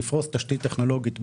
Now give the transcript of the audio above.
לפרוס תשתית טכנולוגית ביישובים.